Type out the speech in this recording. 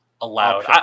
allowed